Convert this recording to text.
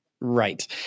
Right